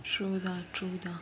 true lah true lah